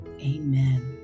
Amen